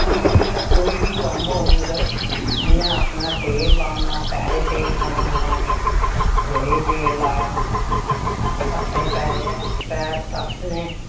कोई बी कोई बी कम्म होग ते उ'न्ने आखना तेल लाना पैरे तेल लाना सिरै ई तेल लाना ह'त्थें पैरें ह'त्थ पैर तलसने